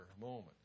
moment